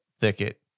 thicket